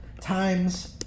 times